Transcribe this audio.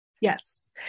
Yes